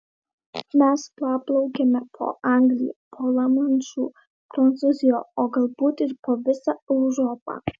mes praplaukėme po anglija po lamanšu prancūzija o galbūt ir po visa europa